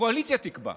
הקואליציה תקבע.